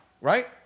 right